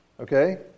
okay